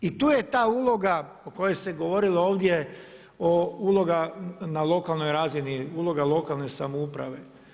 I tu je ta uloga o kojoj se govorilo ovdje, uloga na lokalnoj razini, uloga lokalne samouprave.